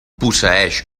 posseeix